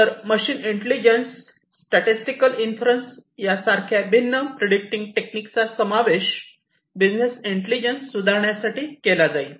तर machine intelligence statistical inference यासारख्या भिन्न प्रिडीटिंग टेक्निकचा समावेश बिझनेस इंटेलिजन्स सुधारण्यासाठी केला जाईल